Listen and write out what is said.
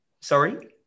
sorry